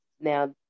now